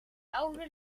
oude